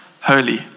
holy